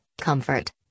comfort